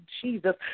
Jesus